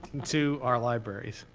to our libraries.